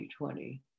2020